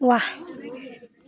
ৱাহ